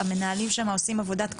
המנהלים שם עושים עבודת קודש,